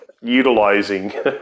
utilizing